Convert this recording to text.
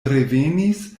revenis